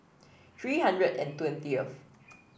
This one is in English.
three hundred and twentieth